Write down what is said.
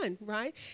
right